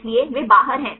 इसलिए वे बाहर हैं